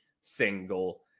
single